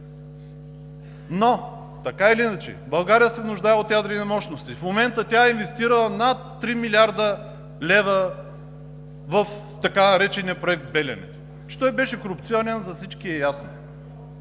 Но, така или иначе, България се нуждае от ядрени мощности. В момента тя е инвестирала над 3 млрд. лв. в така наречения „Проект „Белене“. Че той беше корупционен, за всички е ясно.